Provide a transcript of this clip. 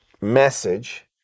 message